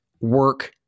work